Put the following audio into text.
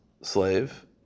slave